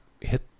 hit